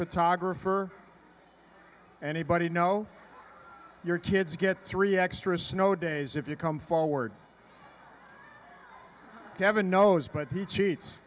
photographer anybody know your kids get three extra snow days if you come forward have a nose put the cheats